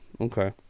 Okay